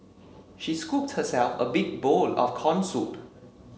she scooped herself a big bowl of corn soup